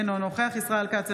אינו נוכח ישראל כץ,